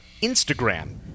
Instagram